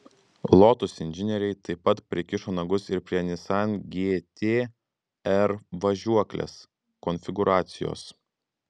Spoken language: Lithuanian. lotus inžinieriai taip pat prikišo nagus ir prie nissan gt r važiuoklės konfigūracijos